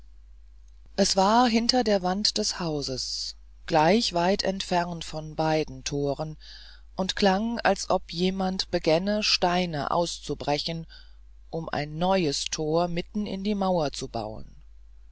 es war hinter der wand des hauses gleich weit entfernt von den beiden toren und klang als ob jemand begänne steine auszubrechen um ein neues tor mitten in die mauer zu bauen